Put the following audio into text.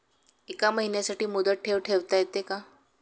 एका महिन्यासाठी मुदत ठेव ठेवता येते का?